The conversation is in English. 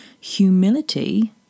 humility